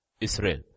Israel